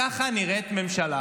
ככה נראית ממשלה